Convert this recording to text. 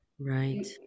Right